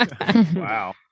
wow